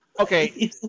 Okay